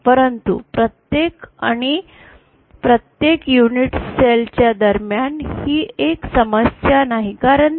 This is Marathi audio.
परंतु प्रत्येक आणि प्रत्येक युनिट सेल च्या दरम्यान ही एक समस्या नाही कारण ते